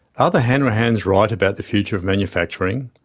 are the hanrahans right about the future of manufacturing,